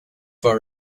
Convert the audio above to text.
for